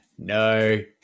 no